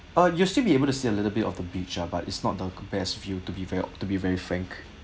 ah you'll still be able to see a little bit of the beach ah but it's not the best view to be very to be very frank